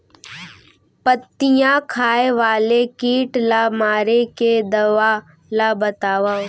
पत्तियां खाए वाले किट ला मारे के दवा ला बतावव?